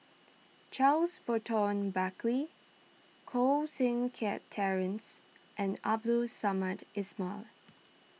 Charles Burton Buckley Koh Seng Kiat Terence and Abdul Samad Ismail